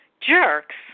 jerks